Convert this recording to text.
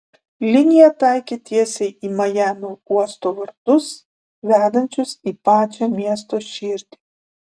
linija taikė tiesiai į majamio uosto vartus vedančius į pačią miesto širdį